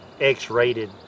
X-rated